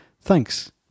Thanks